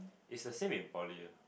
is the same in Poly uh